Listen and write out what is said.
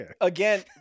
again